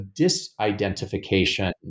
disidentification